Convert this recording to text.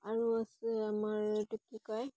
আৰু আছে আমাৰ এইটো কি কয়